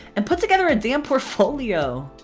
and put together a damn portfolio!